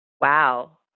Wow